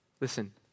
Listen